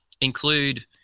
include